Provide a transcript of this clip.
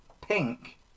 Pink